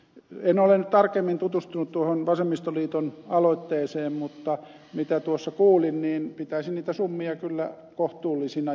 en ole nyt tarkemmin tutustunut tuohon vasemmistoliiton aloitteeseen mutta sen mukaan mitä tuossa kuulin pitäisin niitä summia kyllä kohtuullisina